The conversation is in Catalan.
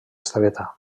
estreta